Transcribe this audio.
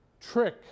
trick